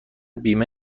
بیمه